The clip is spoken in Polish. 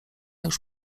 już